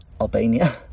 Albania